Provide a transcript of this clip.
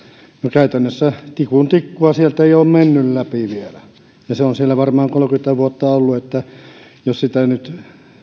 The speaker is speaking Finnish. käytännössä tikun tikkua sieltä ei ole mennyt läpi vielä ja se on siellä varmaan kolmekymmentä vuotta ollut että jos nyt